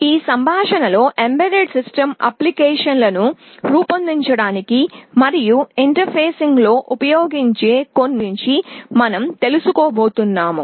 ఈ సంభాషణలో embedded system అనువర్తనాలు లను రూపొందించడానికి మరియు ఇంటర్ఫేసింగ్ లో ఉపయోగించే కొన్ని సెన్సార్ల గురించి మనం తెలుసుకోబోతున్నాము